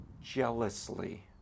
jealously